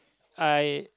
I